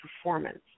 performance